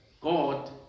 God